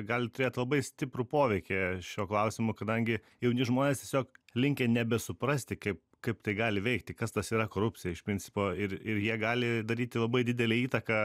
gali turėti labai stiprų poveikį šiuo klausimu kadangi jauni žmonės tiesiog linkę nebesuprasti kaip kaip tai gali veikti kas tas yra korupcija iš principo ir ir jie gali daryti labai didelę įtaką